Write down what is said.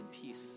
peace